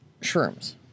shrooms